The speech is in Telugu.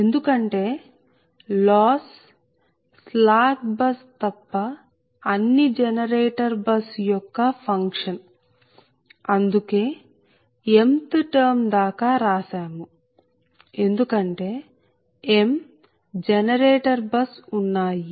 ఎందుకంటే లాస్ స్లాక్ బస్ తప్ప అన్ని జనరేటర్ బస్ యొక్క ఫంక్షన్ అందుకే mth టర్మ్ దాకా రాసాము ఎందుకంటే m జనరేటర్ బస్ ఉన్నాయి